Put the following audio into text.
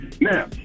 now